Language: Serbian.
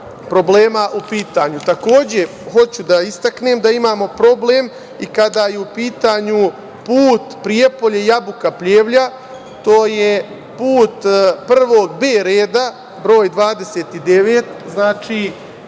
problema u pitanju. Takođe, hoću da istaknem da imamo problem i kada je u pitanju put Prijepolje-Jabuka-Pljevlja. To je put prvog B reda broj 29.